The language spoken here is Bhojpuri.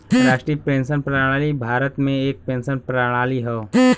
राष्ट्रीय पेंशन प्रणाली भारत में एक पेंशन प्रणाली हौ